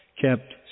kept